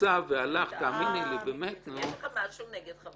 לצערי הרב, אי אפשר לחבר